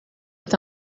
est